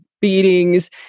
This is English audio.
beatings